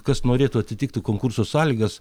kas norėtų atitikti konkurso sąlygas